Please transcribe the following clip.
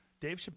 Dave